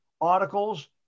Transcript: articles